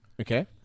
Okay